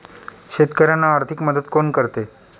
शेतकऱ्यांना आर्थिक मदत कोण करते?